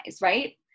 right